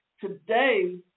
today